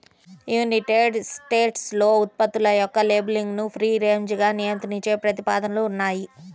United స్టేట్స్లో ఉత్పత్తుల యొక్క లేబులింగ్ను ఫ్రీ రేంజ్గా నియంత్రించే ప్రతిపాదనలు ఉన్నాయి